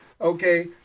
Okay